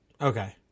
Okay